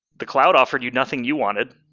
the cloud offered you nothing you wanted,